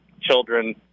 children